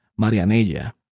Marianella